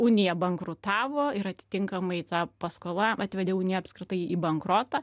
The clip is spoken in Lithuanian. unija bankrutavo ir atitinkamai ta paskola atvedė uniją apskritai į bankrotą